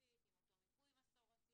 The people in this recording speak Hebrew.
מסורתית עם אותו מיפוי מסורתי